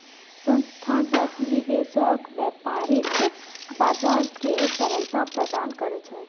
संस्थागत निवेशक व्यापारिक बाजार कें तरलता प्रदान करै छै